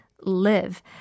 live